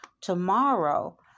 Tomorrow